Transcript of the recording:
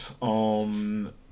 on